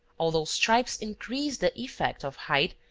although stripes increase the effect of height,